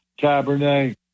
Cabernet